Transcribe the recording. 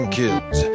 kids